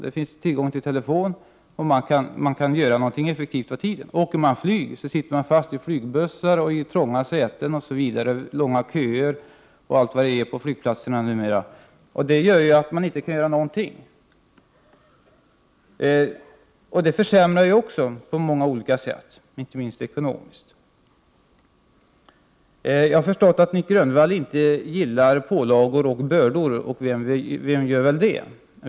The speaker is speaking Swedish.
Det finns tillgång till telefon, och man kan göra något effektivt av tiden. När man åker flyg sitter man fast i flygbussar och i trånga säten, i långa köer på flygplatser osv. Man kan alltså inte göra något. Detta försämrar på många sätt, inte minst ekonomiskt. Jag har förstått att Nic Grönvall inte tycker om pålagor och bördor. Vem gör väl det?